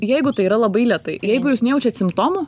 jeigu tai yra labai lėtai jeigu jūs nejaučiat simptomų